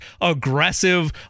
aggressive